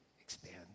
expand